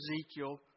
Ezekiel